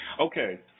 Okay